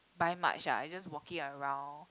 buy much ah just walking around